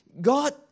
God